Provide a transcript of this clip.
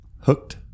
Hooked